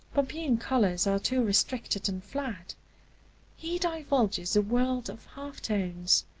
pompeian colors are too restricted and flat he divulges a world of half-tones,